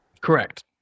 Correct